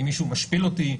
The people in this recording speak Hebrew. אם מישהו משפיל אותי,